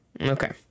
okay